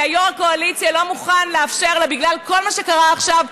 יו"ר הקואליציה לא מוכן לאפשר אותה בגלל כל מה שקרה עכשיו,